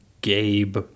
Gabe